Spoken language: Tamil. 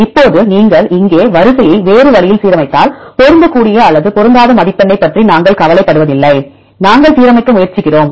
இப்போது நீங்கள் இங்கே வரிசையை வேறு வழியில் சீரமைத்தால் பொருந்தக்கூடிய அல்லது பொருந்தாத மதிப்பெண்ணைப் பற்றி நாங்கள் கவலைப்படுவதில்லை நாங்கள் சீரமைக்க முயற்சிக்கிறோம்